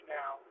now